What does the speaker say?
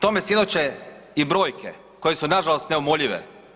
Tome svjedoče i brojke koje su nažalost neumoljive.